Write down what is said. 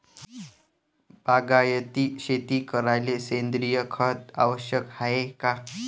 बागायती शेती करायले सेंद्रिय खत आवश्यक हाये का?